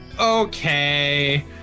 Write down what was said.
Okay